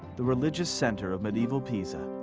the religious center of medieval pisa,